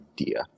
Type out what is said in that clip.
idea